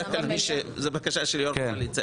בדרך כלל זאת בקשה של יו"ר קואליציה